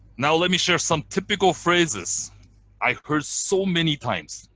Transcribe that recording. now let me share some typical phrases i heard so many times,